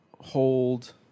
hold